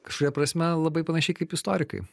kažkuria prasme labai panašiai kaip istorikai